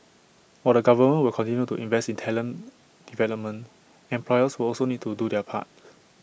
while the government will continue to invest in talent development employers will also need to do their part